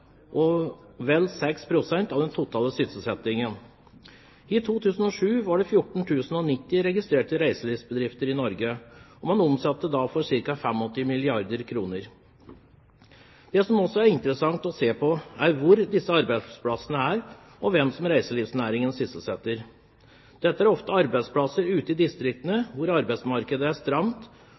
og vel 6 pst. av den totale sysselsettingen. I 2007 var det 14 090 registrerte reiselivsbedrifter i Norge, og man omsatte da for ca. 85 milliarder kr. Det som også er interessant å se på, er hvor disse arbeidsplassene er, og hvem reiselivsnæringen sysselsetter. Arbeidsplassene er ofte ute i distriktene hvor arbeidsmarkedet er